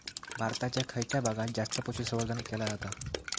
भारताच्या खयच्या भागात जास्त पशुसंवर्धन केला जाता?